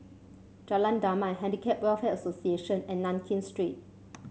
Jalan Damai Handicap Welfare Association and Nankin Street